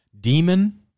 demon